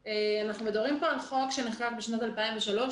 אנחנו מדברים על חוק שנחקק בשנת 2003,